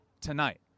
tonight